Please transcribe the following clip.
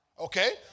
Okay